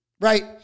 right